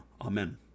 Amen